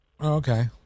Okay